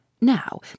now